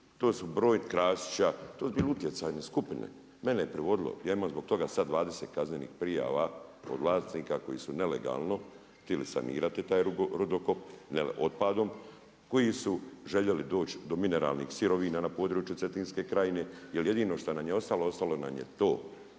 To su broj Krasića, to su bile utjecajne skupine. Mene je privodilo. Ja imam zbog toga sad 20 kaznenih prijava od vlasnika koji su nelegalno htili sanirati taj rudokop otpadom, koji su željeli doći do mineralnih sirovina na području Cetinske krajine. Jer jedino što nam je ostalo, ostalo nam je to.